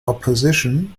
opposition